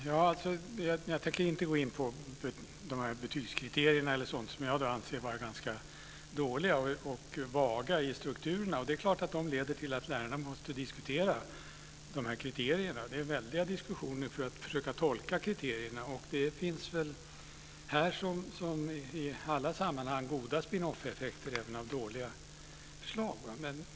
Fru talman! Jag tänker inte gå in på betygskriterierna, som jag anser vara ganska dåliga och vaga i strukturen. Det är klart att det leder till att lärarna måste diskutera kriterierna. Det är väldiga diskussioner för att försöka tolka kriterierna. Det finns väl här som i alla sammanhang goda spin-off-effekter även av dåliga förslag.